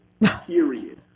period